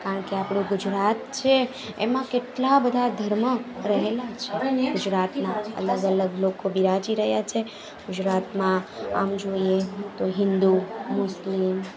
કારણ કે આપણે ગુજરાત છે એમાં કેટલા બધા ધર્મ રહેલા છે ગુજરાતના અલગ અલગ લોકો બિરાજી રહ્યા છે ગુજરાતમાં આમ જોઈએ તો હિન્દુ મુસ્લિમ